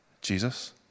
Jesus